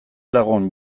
lagun